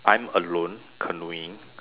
I'm alone canoeing